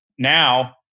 Now